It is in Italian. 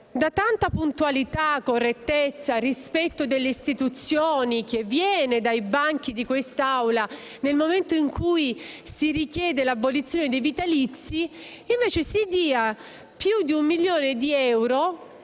di tanta puntualità, correttezza e rispetto delle istituzioni che viene dai banchi di quest'Aula nel momento in cui si richiede l'abolizione dei vitalizi, si dia più di un milione di euro